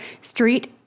Street